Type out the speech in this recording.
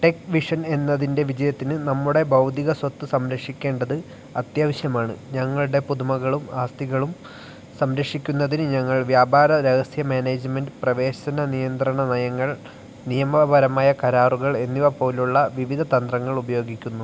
tech vision എന്നതിൻ്റെ വിജയത്തിന് നമ്മുടെ ബൗദ്ധിക സ്വത്ത് സംരക്ഷിക്കേണ്ടത് അത്യാവശ്യമാണ് ഞങ്ങളുടെ പുതുമകളും ആസ്തികളും സംരക്ഷിക്കുന്നതിന് ഞങ്ങൾ വ്യാപാര രഹസ്യ മാനേജ്മെൻ്റ് പ്രവേശന നിയന്ത്രണ നയങ്ങൾ നിയമപരമായ കരാറുകൾ എന്നിവ പോലെയുള്ള വിവിധ തന്ത്രങ്ങൾ ഉപയോഗിക്കുന്നു